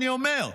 אני אומר.